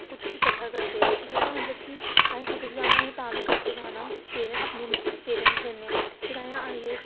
उद्धर असें खेलेआ उद्धर इक बार में खैसदी खेलदी खल्ले गी डिग्गी मेरे फुट गी लग्गी